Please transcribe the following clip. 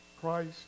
Christ